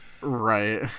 Right